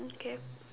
okay